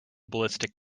ballistic